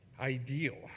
ideal